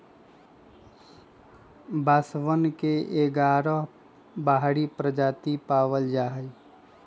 बांसवन के ग्यारह बाहरी प्रजाति पावल जाहई